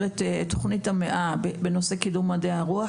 את תכנית המאה בנושא קידום מדעי הרוח,